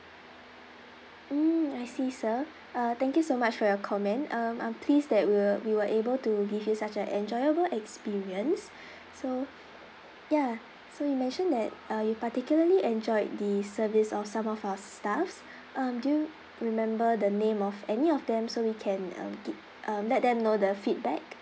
mm I see sir uh thank you so much for your comment um I'm pleased that we were we were able to give you such a enjoyable experience so ya so you mentioned that uh you particularly enjoyed the service of some of our staffs um do you remember the name of any of them so we can um give um let them know the feedback